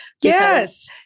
Yes